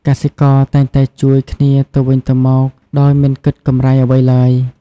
កសិករតែងតែជួយគ្នាទៅវិញទៅមកដោយមិនគិតកម្រៃអ្វីឡើយ។